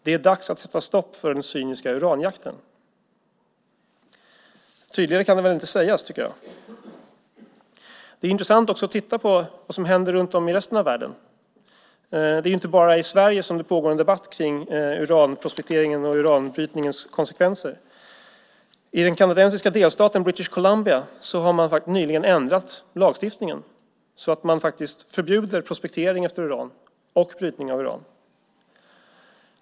Det är dags att sätta stopp för den cyniska uranjakten. Tydligare kan det väl inte sägas, tycker jag. Det är också intressant att titta på vad som händer runt om i resten av världen. Det är inte bara i Sverige som det pågår en debatt kring uranprospekteringen och uranbrytningens konsekvenser. I den kanadensiska delstaten British Columbia har man nyligen ändrat lagstiftningen så att man faktiskt förbjuder prospektering efter uran och brytning av uran.